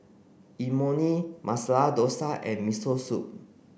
Imoni Masala Dosa and Miso Soup